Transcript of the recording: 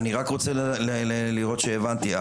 אני רק רוצה לראות שהבנתי.